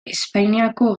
espainiako